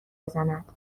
بزند